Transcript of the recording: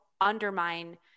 undermine